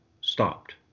stopped